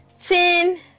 ten